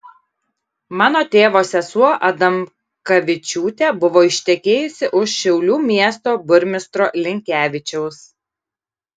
mano tėvo sesuo adamkavičiūtė buvo ištekėjusi už šiaulių miesto burmistro linkevičiaus